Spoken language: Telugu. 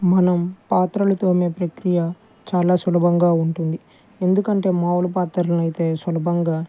మనం పాత్రలు తోమే ప్రక్రియ చాలా సులభంగా ఉంటుంది ఎందుకంటే మాములు పాత్రలను అయితే సులభంగా